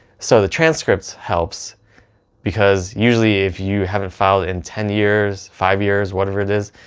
so the transcript helps because usually if you haven't filed in ten years, five years, whatever it is,